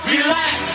Relax